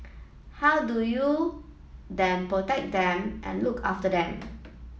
how do you then protect them and look after them